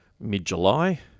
mid-July